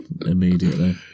immediately